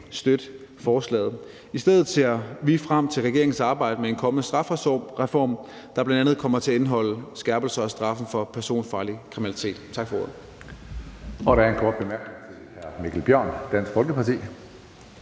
støtte forslaget. I stedet ser vi frem til regeringens arbejde med en kommende strafreform, der bl.a. kommer til at indeholde skærpelser af straffen for personfarlig kriminalitet. Tak for ordet.